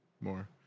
more